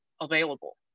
available